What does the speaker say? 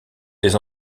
les